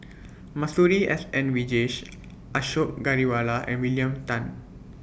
Masuri S N Vijesh Ashok Ghariwala and William Tan